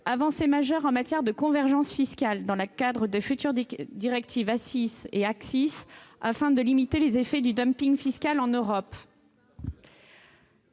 avancées majeures en matière de convergence fiscale, dans le cadre des futures directives ACIS et ACCIS, afin de limiter les effets du fiscal en Europe.